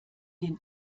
den